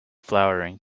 flowering